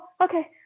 okay